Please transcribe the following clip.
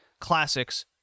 Classics